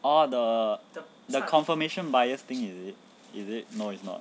oh the the confirmation bias thing is it is it no it's not